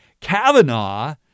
Kavanaugh